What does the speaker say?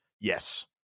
Yes